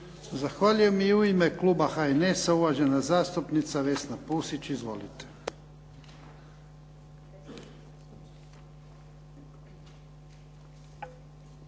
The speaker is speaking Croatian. Zahvaljujem. I u ime kluba HNS-a uvažena zastupnica Vesna Pusić. Izvolite.